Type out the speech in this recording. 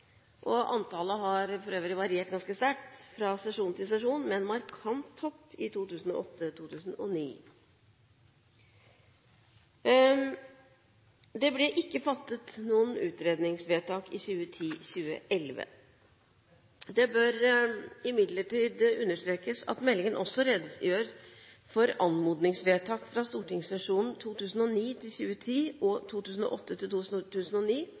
og antallet har for øvrig variert ganske sterkt fra sesjon til sesjon, men med en markant topp i 2008–2009. Det ble ikke fattet noen utredningsvedtak i 2010–2011. Det bør imidlertid understrekes at meldingen også redegjør for anmodningsvedtak fra stortingssesjonene 2009–2010 og